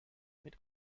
mit